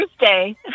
Thursday